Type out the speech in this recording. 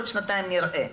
עוד שנתיים נראה.